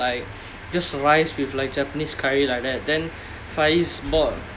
I just ordered like just rice with like japanese curry like that then faiz bought